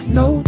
no